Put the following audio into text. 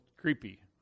creepy